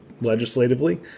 legislatively